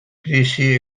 krisi